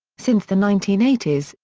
since the nineteen eighty s,